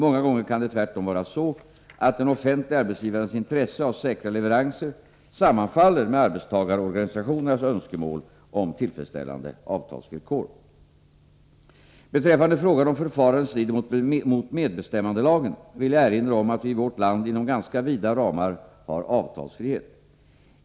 Många gånger kan det tvärtom vara så, att den offentliga arbetsgivarens intresse av säkra leveranser sammanfaller med arbetstagarorganisationernas önskemål om tillfredsställande avtalsvillkor. Beträffande frågan om förfarandet strider mot medbestämmandelagen vill jag erinra om att vi i vårt land inom ganska vida ramar har avtalsfrihet.